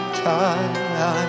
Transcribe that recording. time